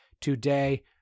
today